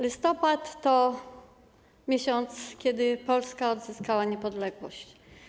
Listopad to miesiąc, w którym Polska odzyskała niepodległość.